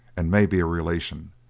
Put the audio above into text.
and may be a relation.